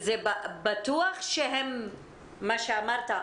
בטוח שמה שאמרת,